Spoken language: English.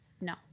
No